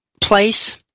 place